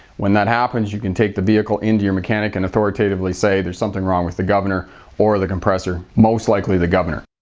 when that happens you can take the vehicle into your mechanic and authoritativly say, there's something wrong with the governor or the compressor. most likely the governor.